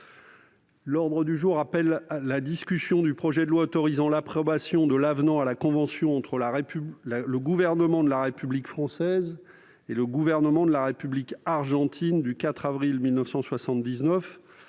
L'ordre du jour appelle la discussion du projet de loi autorisant l'approbation de l'avenant à la convention entre le Gouvernement de la République française et le Gouvernement de la République argentine du 4 avril 1979,